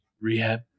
Rehab